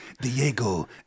Diego